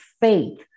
faith